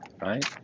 right